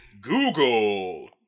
Google